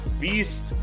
beast